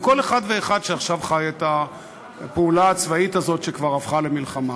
כל אחד ואחד שעכשיו חי את הפעולה הצבאית הזאת שכבר הפכה למלחמה.